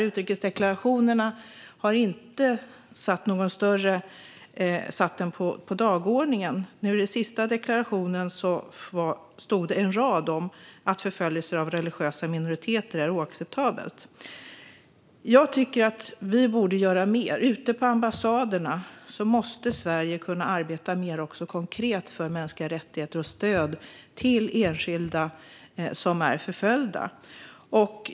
Utrikesdeklarationerna har inte satt detta på dagordningen. I den senaste deklarationen stod det en rad om att förföljelser av religiösa minoriteter är oacceptabelt. Jag tycker att vi borde göra mer. Ute på ambassaderna måste Sverige kunna arbeta mer konkret för mänskliga rättigheter och stöd till enskilda som är förföljda.